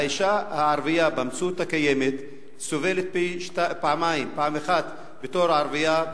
האשה הערבייה במציאות הקיימת סובלת פעמיים: פעם אחת בתור ערבייה,